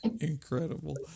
incredible